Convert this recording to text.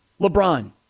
LeBron